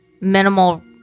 minimal